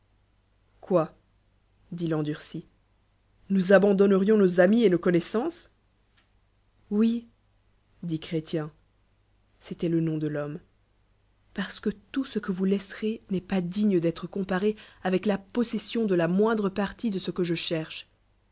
quoi dit l'endurci nous abandonnerions nos amis et nos connoissances qui dit chrétien c'étoit le nom de l'homme parce que tout ce que vous laisserez n'est pas digne d't tre comparé avec la possession de la moindre partie de ce que je cherebe